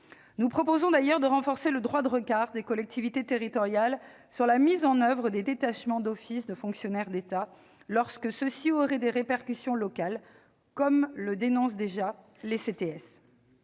Nous proposons d'ailleurs de renforcer le droit de regard des collectivités territoriales sur la mise en oeuvre des détachements d'office de fonctionnaires d'État lorsqu'ils auraient des répercussions locales, comme le dénoncent déjà les